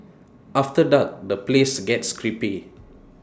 after dark the place gets creepy